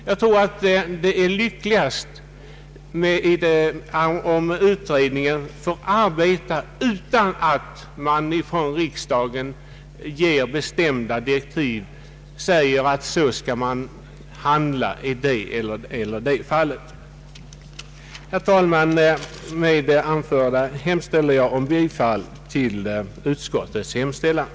Jag tror att det är lyckligast om utredningen får arbeta utan att riksdagen ger bestämda direktiv och säger, att så skall utredningen handla i det ena eller det andra fallet. Herr talman! Med det anförda hemställer jag om bifall till utskottets utlåtande.